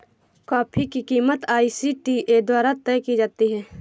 coffee की कीमत ICTA द्वारा तय की जाती है